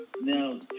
Now